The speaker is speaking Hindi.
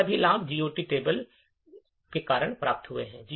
ये सभी लाभ GOT टेबल के कारण प्राप्त हुए हैं